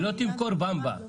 היא לא תמכור במבה.